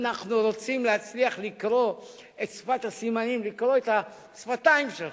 אנחנו רוצים להצליח לקרוא את השפתיים שלך.